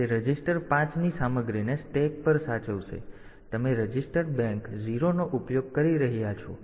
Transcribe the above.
તેથી તે રજિસ્ટર 5 ની સામગ્રીને સ્ટેક પર સાચવશે જો તમે રજિસ્ટર્ડ બેંક 0 નો ઉપયોગ કરી રહ્યાં છો